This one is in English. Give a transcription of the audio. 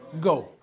go